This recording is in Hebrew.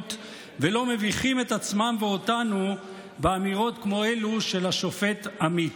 ולא מביכים את עצמם ואותנו באמירות כמו אלו של השופט עמית.